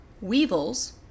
weevils